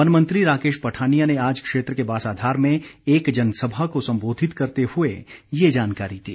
one मंत्री राकेश पठानिया ने आज क्षेत्र के बासाधार में एक जनसभा को संबोधित करते हुए ये जानकारी दी